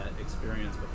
experience